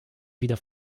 wieder